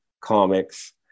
comics